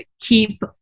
keep